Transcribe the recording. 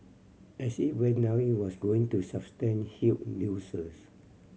as it went down it was going to sustain huge losses